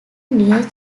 near